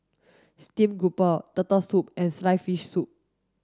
steamed grouper turtle soup and sliced fish soup